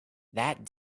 that